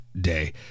day